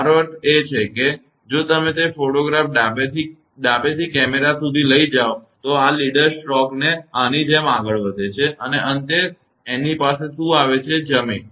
મારો અર્થ છે કે જો તમે તે રીતે ફોટોગ્રાફ ડાબેથી કેમેરા સુધી લઈ જાઓ તો આ લીડર સ્ટ્રોક તે આની જેમ આગળ વધે છે અને અંતે તે આની પાસે આવી રહ્યું છે જમીન